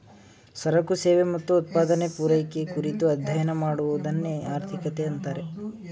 ಸರಕು ಸೇವೆ ಮತ್ತು ಉತ್ಪಾದನೆ, ಪೂರೈಕೆ ಕುರಿತು ಅಧ್ಯಯನ ಮಾಡುವದನ್ನೆ ಆರ್ಥಿಕತೆ ಅಂತಾರೆ